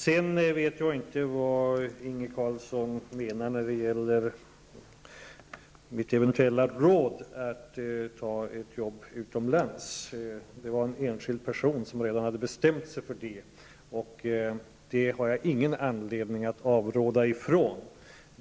Sedan vet jag inte vad Inge Carlsson menar när det gäller mitt eventuella råd att ta ett jobb utomlands. I det fall som jag förmodar att Inge Carlsson syftar på var det en enskild person som redan hade bestämt sig för att göra det, och det har jag ingen anledning att avråda ifrån.